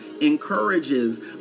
encourages